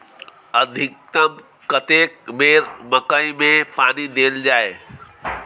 अधिकतम कतेक बेर मकई मे पानी देल जाय?